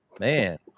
Man